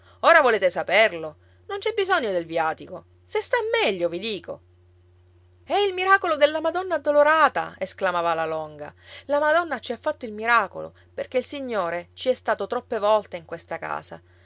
ora volete saperlo non c'è bisogno del viatico se sta meglio vi dico è il miracolo della madonna addolorata esclamava la longa la madonna ci ha fatto il miracolo perché il signore ci è stato troppe volte in questa casa